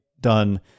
done